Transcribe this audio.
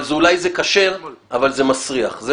אולי זה כשר אבל זה מסריח.